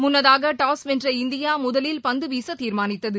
முன்னதாக டாஸ் வெள்ற இந்தியா முதலில் பந்துவீச தீர்மானித்தது